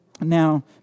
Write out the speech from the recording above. Now